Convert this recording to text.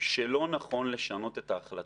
שלא נכון לשנות את ההחלטה,